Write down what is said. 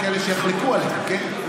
יש כאלה שיחלקו עליך, כן?